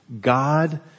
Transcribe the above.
God